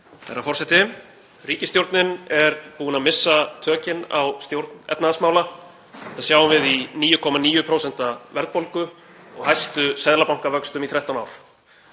Herra forseti. Ríkisstjórnin er búin að missa tökin á stjórn efnahagsmála. Það sjáum við í 9,9% verðbólgu og hæstu seðlabankavöxtum í 13 ár.